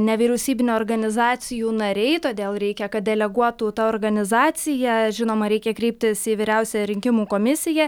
nevyriausybinių organizacijų nariai todėl reikia kad deleguotų ta organizacija žinoma reikia kreiptis į vyriausiąją rinkimų komisiją